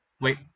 wait